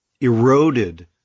eroded